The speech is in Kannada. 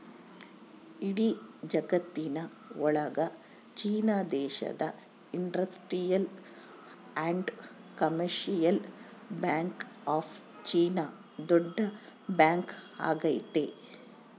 ಇಡೀ ಜಗತ್ತಿನ ಒಳಗ ಚೀನಾ ದೇಶದ industrial and commercial bank of China ದೊಡ್ಡ ಬ್ಯಾಂಕ್ ಆಗೈತೆ